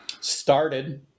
started